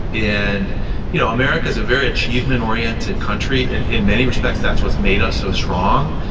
and you know america's a very achievement oriented country. in in many respects, that's what's made us so strong.